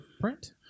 print